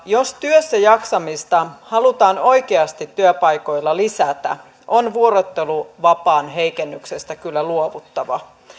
jos työssäjaksamista halutaan oikeasti työpaikoilla lisätä on vuorotteluvapaan heikennyksestä kyllä luovuttava